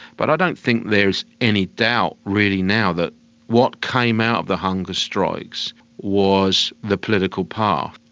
but i don't think there is any doubt really now that what came out of the hunger strikes was the political path,